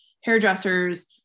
hairdressers